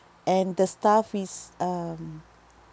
and the staff is um